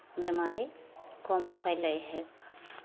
बिमारी कम फैलै हइ कऽ